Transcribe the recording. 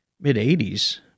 mid-80s